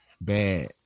Bad